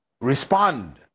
respond